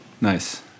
Nice